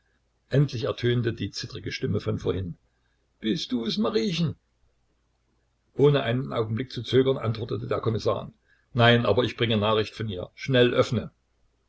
endlich ertönte die zittrige stimme von vorhin bist du's mariechen ohne einen augenblick zu zögern antwortete der kommissar nein aber ich bringe nachricht von ihr schnell öffne